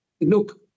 Look